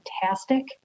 fantastic